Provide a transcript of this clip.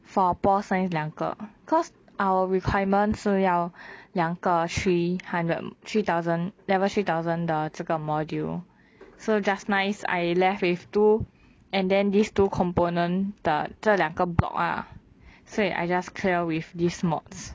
for pure science 两个 cause our requirements 是要两个 three hundred three thousand level three thousand 的这个 module so just nice I left with two and then this two component 的这两个 block ah 所以 I just clear with this mods